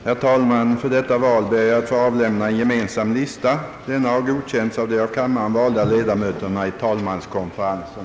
Herr talman! För detta val ber jag att få avlämna en gemensam lista. Denna har godkänts av de av kammaren valda ledamöterna i talmanskonferensen.